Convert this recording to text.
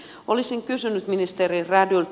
olisin kysynyt ministeri rädyltä